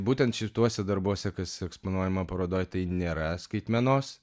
būtent šituose darbuose kas eksponuojama parodoj tai nėra skaitmenos